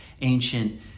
ancient